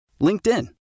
LinkedIn